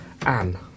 Anne